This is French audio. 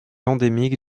endémique